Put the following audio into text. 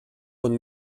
und